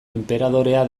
enperadorea